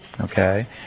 Okay